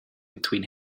between